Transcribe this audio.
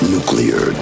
Nuclear